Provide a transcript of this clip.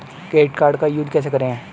Credit card का use कैसे करें?